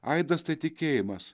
aidas tai tikėjimas